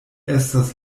estas